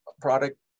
product